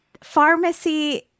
Pharmacy –